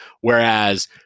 Whereas